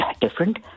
different